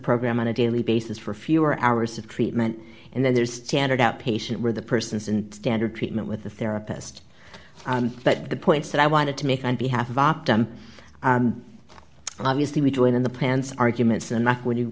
program on a daily basis for fewer hours of treatment and then there's standard outpatient where the person is in standard treatment with the therapist but the points that i wanted to make on behalf of optum obviously we join in the pants arguments and when you